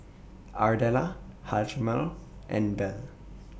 Ardella Hjalmer and Belle